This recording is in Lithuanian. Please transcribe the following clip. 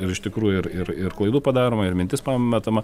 ir iš tikrųjų ir ir ir klaidų padaroma ir mintis pa metama